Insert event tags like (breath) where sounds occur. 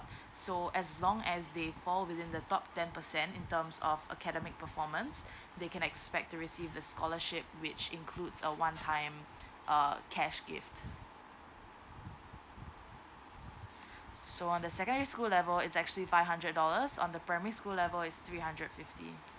(breath) so as long as they fall within the top ten percent in terms of academic performance (breath) they can expect to receive the scholarship which includes a one time (breath) uh cash gift (breath) so on the secondary school level it's actually five hundred dollars on the primary school level is three hundred fifty